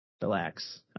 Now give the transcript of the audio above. relax